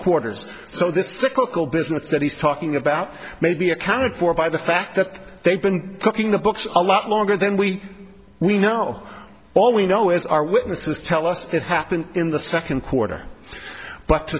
quarters so this cyclical business that he's talking about may be accounted for by the fact that they've been talking about a lot longer than we we know all we know is our witnesses tell us that happened in the second quarter but